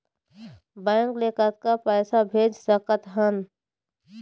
Bank ले कतक पैसा भेज सकथन?